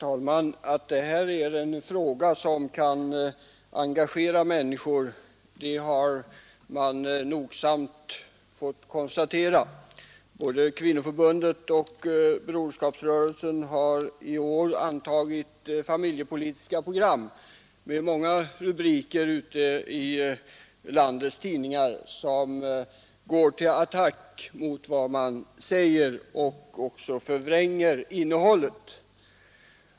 Herr talman! Att denna fråga engagerat människorna, har man nogsamt kunnat konstatera. Både Socialdemokratiska kvinnoförbundet och Broderskapsrörelsen har i år antagit familjepolitiska program. Många av landets tidningar har i rubriker och artiklar gått till attack mot dessa och även förvrängt innehållet.